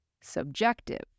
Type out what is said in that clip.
subjective